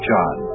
John